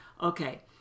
Okay